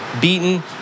beaten